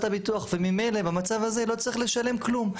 הביטוח וממילא במצב הזה לא צריך לשלם כלום.